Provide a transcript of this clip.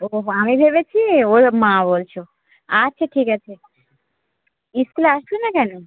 ওহো আমি ভেবেছি ওর মা বলছ আচ্ছা ঠিক আছে স্কুল আসছ না কেন